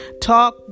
talk